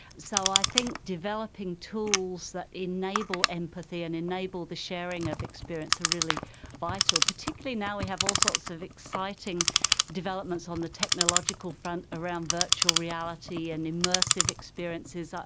so i think developing tools that enable empathy and enable the sharing of experience are really vital, particularly now we have all sorts of exciting developments on the technological front around virtual reality and immersive experiences.